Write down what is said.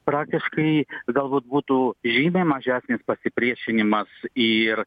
praktiškai galbūt būtų žymiai mažesnis pasipriešinimas ir